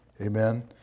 Amen